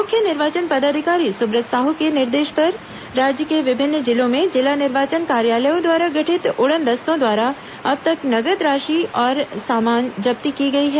मुख्य निर्वाचन पदाधिकारी सुब्रत साहू के निर्देश पर राज्य के विभिन्न जिलों में जिला निर्वाचन कार्यालयों द्वारा गठित उड़न दस्तों द्वारा अब तक नकद राशि और सामानों जब्ती की गई है